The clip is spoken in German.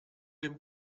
dem